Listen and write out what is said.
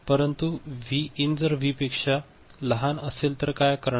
परंतु V in जर V पेक्षा असत असेल तर काय करणार